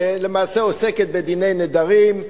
שלמעשה עוסקת בדיני נדרים.